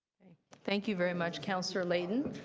thank you very much, councillor layton.